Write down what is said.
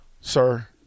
Sir